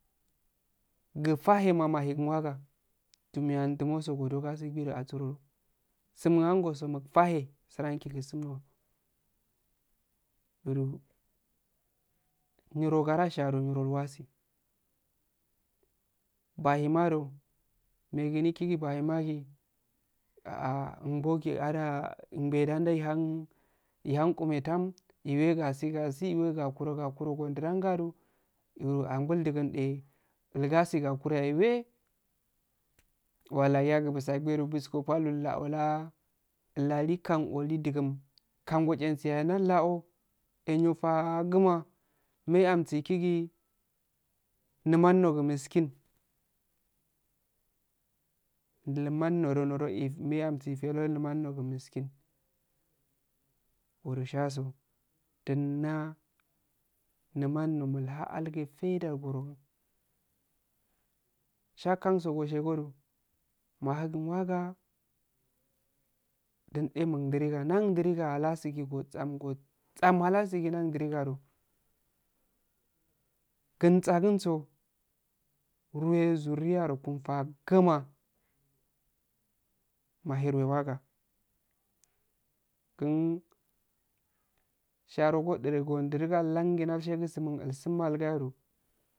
Gifahema mahigen waka dumiyan dumoso si godo ga sebbi du asiro simin angoso mukfa he siranki muk sumlowa nero garashado neron wasihbahimado megu dikigi bahimagi embogui embe danda ihan qume tam, gakure gakuro gondudan, uru ambul diguh eh ilgasi gahuro yahe ilwe, walla yagu bussawwedu bisko baldu illaoh hili kam wante dugum kango shansi yahe dal howh dan emyo faguma me amsi ekigi numan nodu meskin neman nodo aro shaso din na numan no mulhan algi faida gorogin a sha kanso goshe go du mahegin waga din eh mundiriga nda diriga halasigi gosam halasigi ndadi rigadu ginsa gun so weh zurriya nokun fa kguma mahire waga gen sharo godiruga langi nda she ge waisiminelsin algayodu